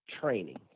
training